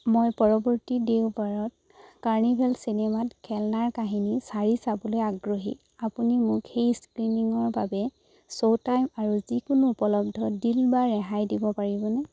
মই পৰৱৰ্তী দেওবাৰত কাৰ্নিভেল চিনেমাত খেলনাৰ কাহিনী চাৰি চাবলৈ আগ্ৰহী আপুনি মোক সেই স্ক্ৰীনিংৰ বাবে শ্ব'টাইম আৰু যিকোনো উপলব্ধ ডিল বা ৰেহাই দিব পাৰিবনে